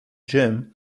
gym